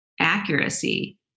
accuracy